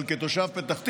אבל כתושב פתח תקווה,